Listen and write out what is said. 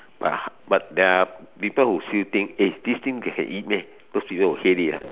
but but there are people who still think eh this thing can eat meh those people will hate it ah